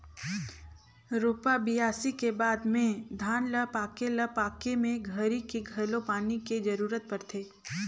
रोपा, बियासी के बाद में धान ल पाके ल पाके के घरी मे घलो पानी के जरूरत परथे